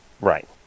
Right